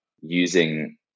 using